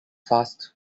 fast